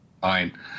Fine